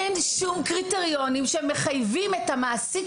אין שום קריטריונים שמחייבים את המעסיק